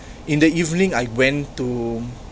in the evening I went to